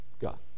God